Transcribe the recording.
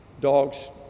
dogs